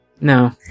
No